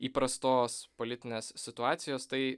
įprastos politinės situacijos tai